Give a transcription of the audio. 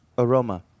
aroma